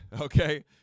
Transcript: okay